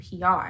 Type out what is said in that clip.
PR